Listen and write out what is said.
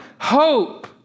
hope